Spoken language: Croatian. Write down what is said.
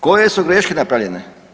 Koje su greške napravljene?